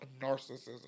Narcissism